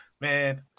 man